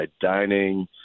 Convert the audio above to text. dining